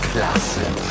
Klassen